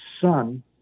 Son